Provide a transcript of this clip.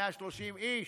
130 איש,